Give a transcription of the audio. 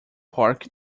park